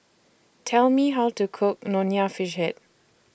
Tell Me How to Cook Nonya Fish Head